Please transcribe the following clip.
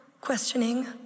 questioning